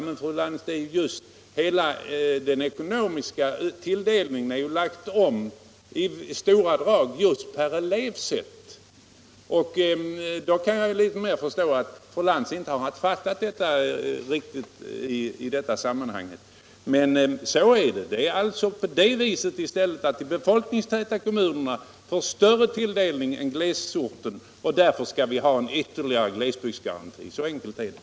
Men, fru Lantz, hela den ekonomiska tilldelningen är ju omlagd i stora drag sett per elev. Fru Lantz har tydligen inte fattat detta riktigt. De befolkningstäta kommunerna får större tilldelning än glesbygderna. Därför skall vi ha en ytterligare glesbygdsgaranti. Så enkelt är det.